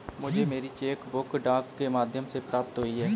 मुझे मेरी cheque book डाक के माध्यम से प्राप्त हुई है